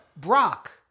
Brock